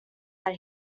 här